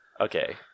Okay